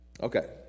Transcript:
Okay